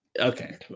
Okay